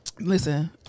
Listen